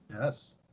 Yes